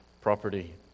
property